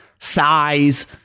size